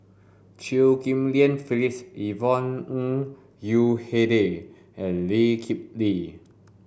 Chew Ghim Lian Phyllis Yvonne Ng Uhde and Lee Kip Lee